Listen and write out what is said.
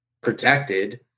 protected